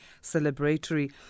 celebratory